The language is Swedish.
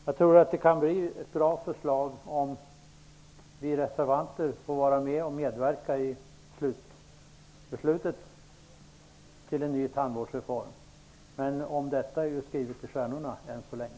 Jag tror att förslaget kan bli bra om vi reservanter får vara med och medverka till beslutet om en ny tandvårdsreform. Men om detta står det skrivet i stjärnorna än så länge.